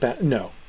No